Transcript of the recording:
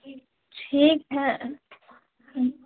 ٹھیک ہے